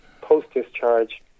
post-discharge